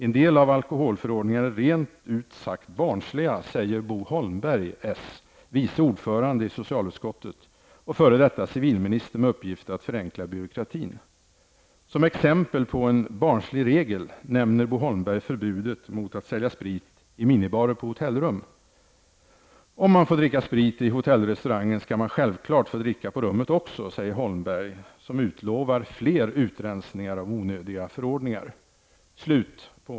En del av alkoholförordningarna är rent ut sagt barnsliga, säger Bo Holmberg , vice ordförande i socialutskottet och f.d. civilminister med uppgift att förenkla byråkratin. Som exempel på en 'barnslig regel' nämner Bo Holmberg förbudet mot att sälja sprit i minibarer på hotellrum. Om man får dricka sprit på hotellrestaurangen skall man självklart få dricka på rummet också, säger Holmberg, som utlovar fler utrensningar av onödiga förordningar.''